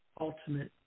ultimate